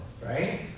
right